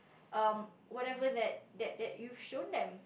um whatever that that that you've shown them